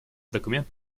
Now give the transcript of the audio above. документ